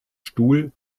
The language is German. stuhl